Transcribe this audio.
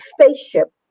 spaceship